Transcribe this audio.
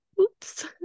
Oops